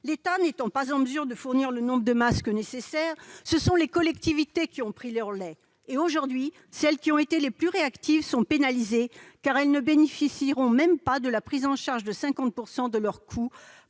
L'État n'étant pas en mesure de fournir le nombre de masques nécessaires, ce sont les collectivités qui ont pris le relais. Et aujourd'hui, celles qui ont été les plus réactives sont pénalisées, car elles ne bénéficieront même pas de la prise en charge de 50 % de leur coût